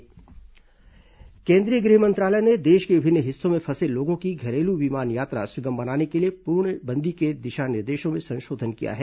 घरेलू उड़ान दिशा निर्देश केंद्रीय गृह मंत्रालय ने देश के विभिन्न हिस्सों में फंसे लोगों की घरेलू विमान यात्रा सुगम बनाने के लिए पूर्णबंदी के दिशा निर्देशों में संशोधन किया है